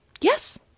Yes